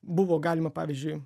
buvo galima pavyzdžiui